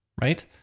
Right